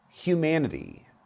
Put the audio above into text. Humanity